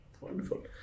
wonderful